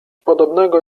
podobnego